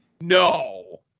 No